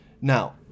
Now